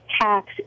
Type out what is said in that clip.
tax